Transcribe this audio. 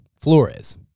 Flores